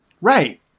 Right